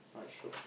!wah! shiok